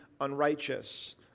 unrighteous